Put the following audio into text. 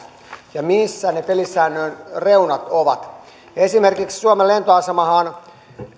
ja missä ne pelisääntöjen reunat ovat esimerkiksi suomen lentoasemahan on